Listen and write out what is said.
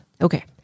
Okay